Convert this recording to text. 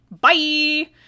bye